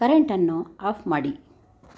ಕರೆಂಟನ್ನು off ಮಾಡಿ